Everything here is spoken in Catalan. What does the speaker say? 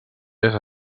est